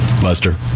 Lester